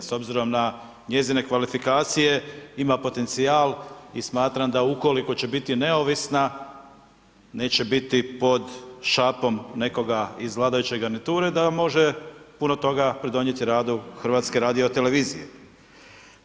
S obzirom na njezine kvalifikacije, ima potencijal i smatram da ukoliko će biti neovisna, neće biti pod šapom nekoga iz vladajuće garniture, da može puno toga pridonijeti radu HRT-a.